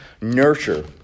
nurture